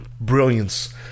brilliance